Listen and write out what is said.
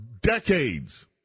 decades